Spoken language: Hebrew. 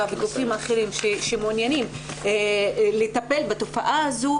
וגופים אחרים שמעוניינים לטפל בתופעה הזו,